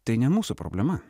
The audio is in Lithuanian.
tai ne mūsų problema